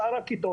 שאר הכיתות,